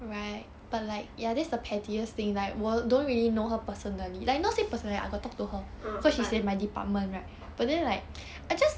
ah but